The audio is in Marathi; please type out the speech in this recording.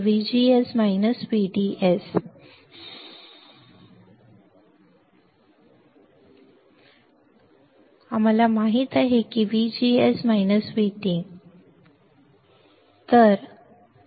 व्हीडीएस व्हीजीएस व्हीटीमध्ये पिंच ऑफ व्होल्टेजमध्ये हीच स्थिती आहे VDS VGS VT आम्हाला माहित आहे की VGS VT बंद करा